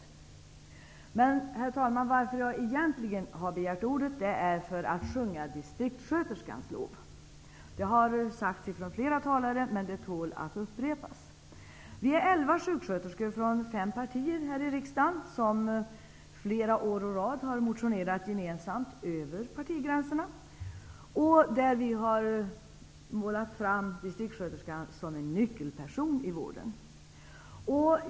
Egentligen, herr talman, har jag begärt ordet för att sjunga distriktssköterskans lov. Det har flera talare redan gjort, men det tål att upprepas. Vi är elva sjuksköterskor från fem partier här i riksdagen som flera år å rad har motionerat gemensamt över partigränserna, och vi har då hållit fram distriktssköterskan som en nyckelperson i vården.